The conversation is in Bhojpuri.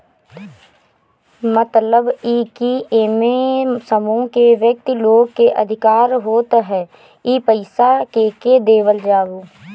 मतलब इ की एमे समूह के व्यक्ति लोग के अधिकार होत ह की पईसा केके देवल जाओ